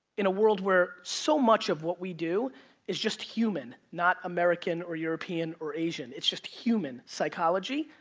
in a world where so much of what we do is just human, not american or european, or asian. it's just human psychology,